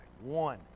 one